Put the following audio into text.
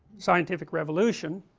scientific revolution